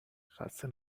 خسته